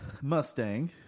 Mustang